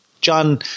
John